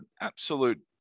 absolute